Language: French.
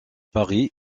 paris